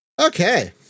Okay